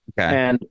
Okay